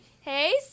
Hey